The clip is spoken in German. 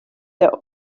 der